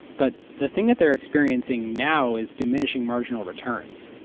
but the thing that they're experiencing now is diminishing marginal returns.